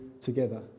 together